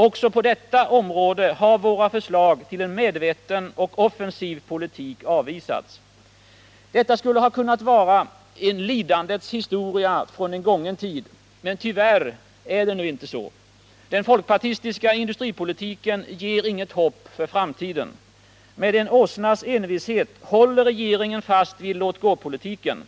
Också på detta område har våra förslag till en medveten och offensiv politik avvisats. Detta skulle ha kunnat vara en lidandets historia från en gången tid. Tyvärr är det inte så. Den folkpartistiska industripolitiken ger inget hopp för framtiden. Med en åsnas envishet håller regeringen fast vid låt-gå-politiken.